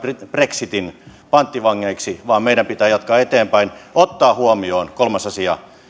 brexitin panttivangeiksi vaan meidän pitää jatkaa eteenpäin ottaa huomioon kolmas asia